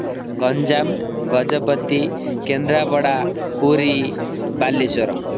Ganjam Gajapati Kendrapara Puri Balasore